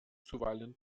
zuweilen